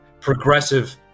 progressive